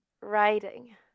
riding